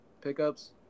pickups